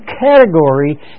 category